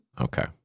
Okay